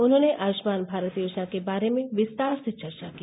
उन्होंने आय्ष्मान भारत योजना के बारे में विस्तार से चर्चा की